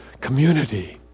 community